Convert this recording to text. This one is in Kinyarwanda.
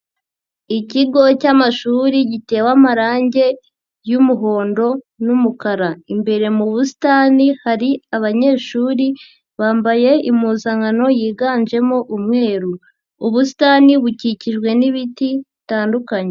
Ikigo cy'amashuri gitewe amarangi y'umuhondo n'umukara, imbere mu busitani hari abanyeshuri bambaye impuzankano yiganjemo umweru, ubusitani bukikijwe n'ibiti bitandukanye.